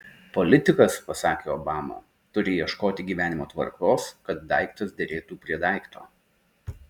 politikas pasakė obama turi ieškoti gyvenimo tvarkos kad daiktas derėtų prie daikto